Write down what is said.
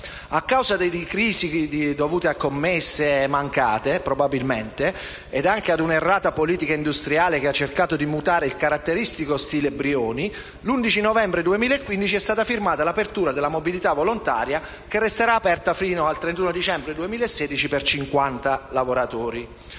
A causa di crisi dovute a commesse mancate, probabilmente, ed anche ad un'errata politica industriale che ha cercato di mutare il caratteristico stile Brioni, l'11 novembre 2015 è stata firmata l'apertura della mobilità volontaria, che resterà aperta fino al 31 dicembre 2016, per 50 lavoratori.